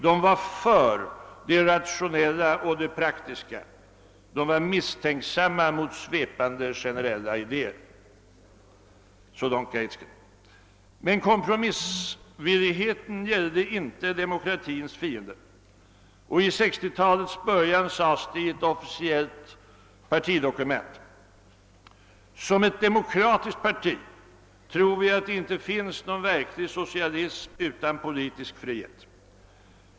De var för det rationella och det praktiska. De var misstänksamma mot svepande generella idéer.» Men kompromissvilligheten gällde inte demokratins fiender. Och i 1960-talets början sades det i ett officiellt partidokument: »Som ett demokratiskt parti tror vi att det inte finns någon verklig socialism utan politisk frihet.